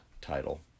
title